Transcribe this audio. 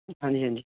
ਹਾਂਜੀ ਹਾਂਜੀ